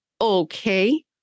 Okay